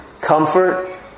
comfort